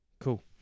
cool